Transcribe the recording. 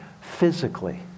physically